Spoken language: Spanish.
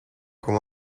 con